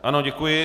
Ano, děkuji.